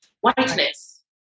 whiteness